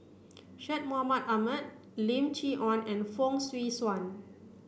Syed Mohamed Ahmed Lim Chee Onn and Fong Swee Suan